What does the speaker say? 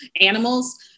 animals